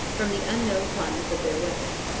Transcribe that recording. from the unknown climates of their west.